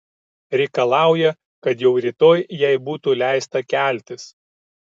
reikalauja kad jau rytoj jai būtų leista keltis